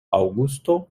aŭgusto